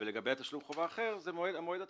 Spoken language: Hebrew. ולגבי תשלום חובה אחר זה מועד התשלום.